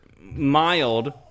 mild